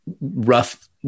rough